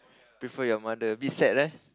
prefer your mother a bit sad leh